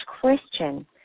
question